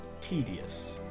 tedious